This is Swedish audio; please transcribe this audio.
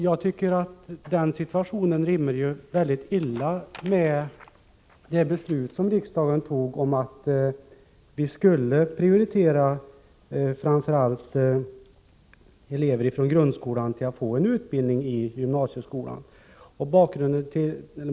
Jag tycker att den situationen rimmar mycket illa med det beslut som riksdagen fattade: att vi skulle prioritera framför allt elever från grundskolan, så att de får en utbildning i gymnasieskolan.